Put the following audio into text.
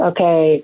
Okay